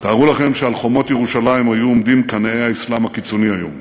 תארו לכם שעל חומות ירושלים היו עומדים קנאי האסלאם הקיצוני היום.